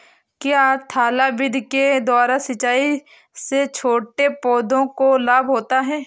क्या थाला विधि के द्वारा सिंचाई से छोटे पौधों को लाभ होता है?